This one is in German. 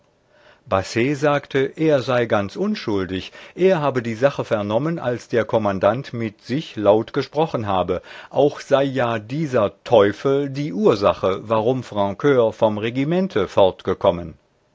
sagte er sei ganz unschuldig er habe die sache vernommen als der kommandant mit sich laut gesprochen habe auch sei ja dieser teufel die ursache warum francur vom regimente